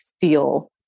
feel